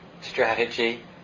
strategy